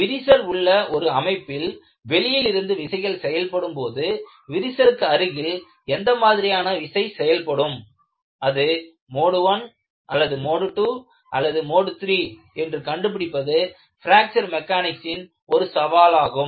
விரிசல் உள்ள ஒரு அமைப்பில் வெளியிலிருந்து விசைகள் செயல்படும்போது விரிசலுக்கு அருகில் எந்த மாதிரியான விசை செயல்படும் அது மோடு I அல்லது மோடு II அல்லது மோடு III என்று கண்டுபிடிப்பது பிராக்ச்சர் மெக்கனிக்ஸின் ஒரு சவாலாகும்